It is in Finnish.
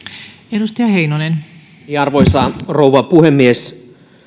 arvoisa rouva puhemies